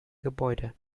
gebäude